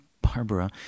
Barbara